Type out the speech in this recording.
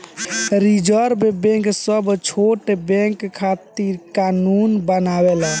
reserve bank सब छोट bank खातिर कानून बनावेला